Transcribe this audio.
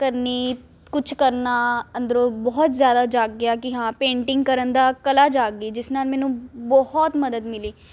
ਕਰਨੀ ਕੁਛ ਕਰਨਾ ਅੰਦਰੋਂ ਬਹੁਤ ਜ਼ਿਆਦਾ ਜਾਗ ਗਿਆ ਕਿ ਹਾਂ ਪੇਂਟਿੰਗ ਕਰਨ ਦਾ ਕਲਾ ਜਾਗ ਗਈ ਜਿਸ ਨਾਲ ਮੈਨੂੰ ਬਹੁਤ ਮਦਦ ਮਿਲੀ